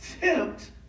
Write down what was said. Tempt